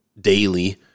daily